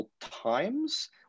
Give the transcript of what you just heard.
times